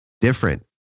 different